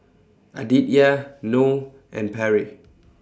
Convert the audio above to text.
Aditya Noe and Perry